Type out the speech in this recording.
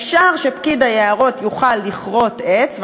אפשר שפקיד היערות יוכל לכרות עץ,